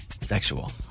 sexual